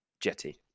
jetty